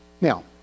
Now